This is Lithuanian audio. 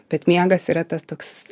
bet miegas yra tas toks